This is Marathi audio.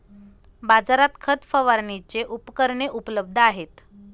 बाजारात खत फवारणीची उपकरणे उपलब्ध आहेत